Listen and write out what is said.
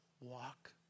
walk